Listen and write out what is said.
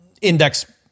index